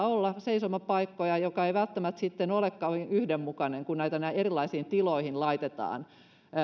olla seisomapaikkoja mikä ei välttämättä sitten olekaan yhdenmukaista kun niitä näin erilaisiin tiloihin laitetaan